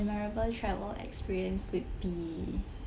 memorable travel experience would be